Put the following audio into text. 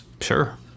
Sure